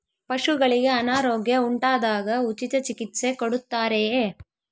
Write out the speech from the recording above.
ಪಶುಗಳಿಗೆ ಅನಾರೋಗ್ಯ ಉಂಟಾದಾಗ ಉಚಿತ ಚಿಕಿತ್ಸೆ ಕೊಡುತ್ತಾರೆಯೇ?